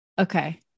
Okay